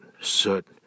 soot